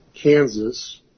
Kansas